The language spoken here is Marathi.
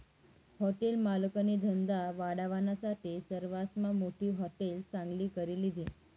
हॉटेल मालकनी धंदा वाढावानासाठे सरवासमा मोठी हाटेल चांगली करी लिधी